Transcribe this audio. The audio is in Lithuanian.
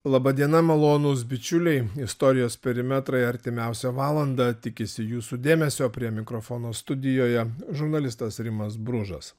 laba diena malonūs bičiuliai istorijos perimetrai artimiausią valandą tikisi jūsų dėmesio prie mikrofono studijoje žurnalistas rimas bružas